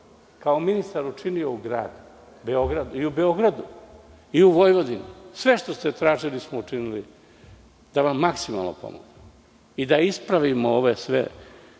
kao ministar učinio u gradu i u Beogradu i u Vojvodini. Sve što ste tražili smo učinili da vam maksimalno pomognemo i da ispravimo ove sve